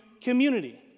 community